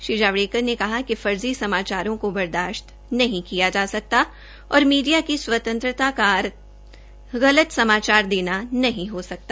श्री जावड़ेकर ने कहा कि फर्जी समाचारों को बर्दाशत नहीं किया जा सकता और मीडिया की स्वतंत्रता का अर्थ गलत समाचार देना नहीं हो सकता